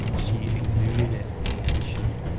ah she exuded it and she